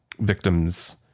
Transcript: victims